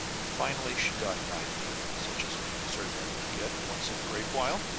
finally she got an idea, such as bees are known to get once in a great while.